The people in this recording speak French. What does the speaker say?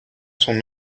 son